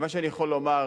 מה שאני יכול לומר,